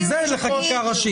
זה לחקיקה ראשית.